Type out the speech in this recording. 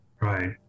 right